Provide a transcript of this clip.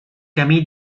camí